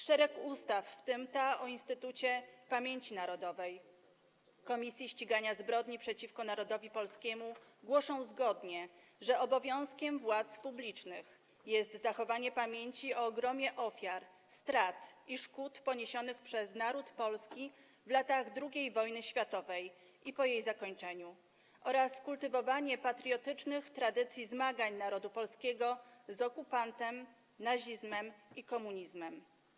Szereg ustaw, w tym ta o Instytucie Pamięci Narodowej - Komisji Ścigania Zbrodni przeciwko Narodowi Polskiemu, głosi zgodnie, że obowiązkiem władz publicznych jest zachowanie pamięci o ogromie ofiar, strat i szkód poniesionych przez naród polski w latach II wojny światowej i po jej zakończeniu oraz kultywowanie patriotycznych tradycji zmagań narodu polskiego z okupantem, nazizmem i komunizmem.